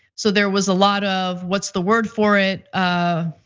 so there was a lot of what's the word for it? ah